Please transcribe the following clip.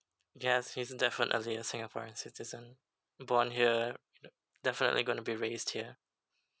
yes he's definitely a singaporean citizen born here definitely going to be raised here